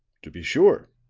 to be sure.